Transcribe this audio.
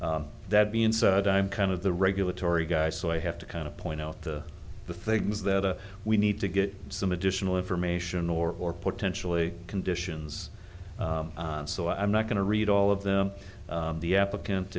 so that being said i'm kind of the regulatory guy so i have to kind of point out the the things that we need to get some additional information or or potentially conditions so i'm not going to read all of them the applicant